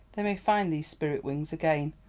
they may find these spirit wings again,